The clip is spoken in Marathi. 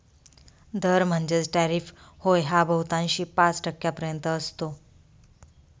दर म्हणजेच टॅरिफ होय हा बहुतांशी पाच टक्क्यांपर्यंत असतो